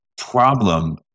problem